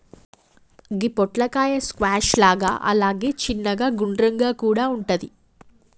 గి పొట్లకాయ స్క్వాష్ లాగా అలాగే చిన్నగ గుండ్రంగా కూడా వుంటది